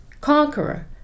Conqueror